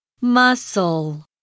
Muscle